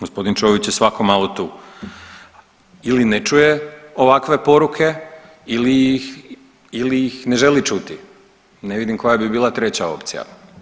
Gospodin Ćović je svako malo tu ili ne čuje ovakve poruke ili ih ne želi čuti, ne vidim koja bi bila treća opcija.